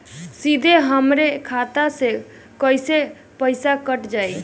सीधे हमरे खाता से कैसे पईसा कट जाई?